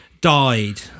died